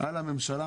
על הממשלה,